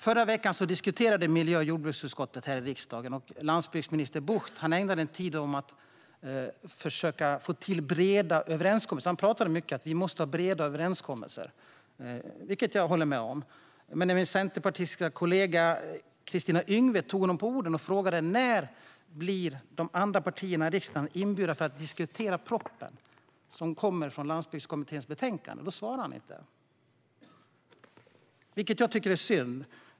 Förra veckan diskuterade miljö och jordbruksutskottet här i riksdagen, och landsbygdsminister Bucht talade mycket om att vi måste ha breda överenskommelser, vilket jag håller med om. Men när min centerpartistiska kollega Kristina Yngwe tog honom på orden och frågade när de andra partierna i riksdagen blir inbjudna att diskutera propositionen, som bygger på Landsbygdskommitténs betänkande, svarade han inte, vilket jag tycker är synd.